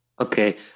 Okay